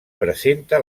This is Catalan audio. presenta